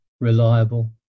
reliable